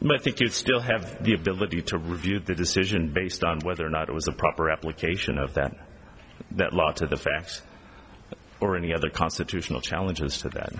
think you'd still have the ability to review the decision based on whether or not it was a proper application of that that law to the facts or any other constitutional challenges to that